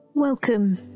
Welcome